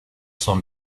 son